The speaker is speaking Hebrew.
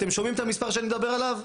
אתם שומעים את המספר שאני מדבר עליו?